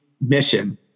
mission